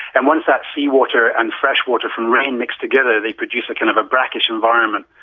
and once that seawater and fresh water from rain mix together, they produce a kind of a brackish environment,